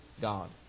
God